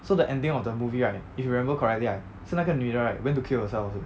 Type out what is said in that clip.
so the ending of the movie right if remember correctly right 是那个女的 right go and kill herself also